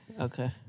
okay